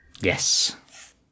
Yes